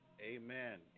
Amen